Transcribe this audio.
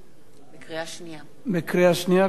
קריאה שנייה כמובן.